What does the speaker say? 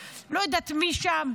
ולא יודעת עוד מי שם,